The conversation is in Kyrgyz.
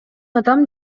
адам